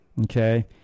okay